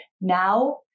Now